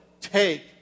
take